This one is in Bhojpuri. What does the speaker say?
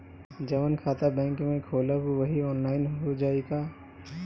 जवन खाता बैंक में खोलम वही आनलाइन हो जाई का?